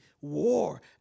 war